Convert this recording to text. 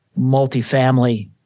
multifamily